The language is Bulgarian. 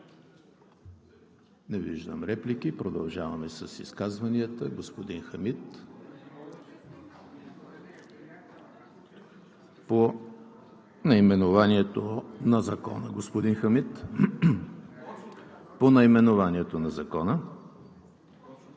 Не виждам реплики. Продължаваме с изказванията. Господин Хамид. По наименованието на Закона, господин Хамид. По наименованието на Закона,